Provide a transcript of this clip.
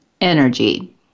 energy